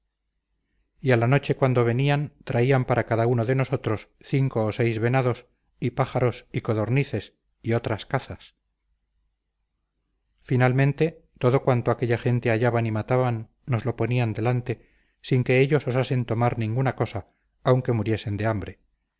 y a la noche cuando venían traían para cada uno de nosotros cinco o seis venados y pájaros y codornices y otras cazas finalmente todo cuanto aquella gente hallaban y mataban nos lo ponían delante sin que ellos osasen tomar ninguna cosa aunque muriesen de hambre